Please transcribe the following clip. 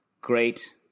Great